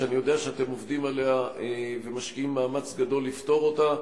שאני יודע שאתם עובדים עליה ומשקיעים מאמץ גדול לפתור אותה,